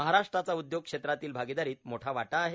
महाराष्ट्राचा उद्योग क्षेत्रातील आगिदारीत मोठा वाटा आहे